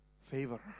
favor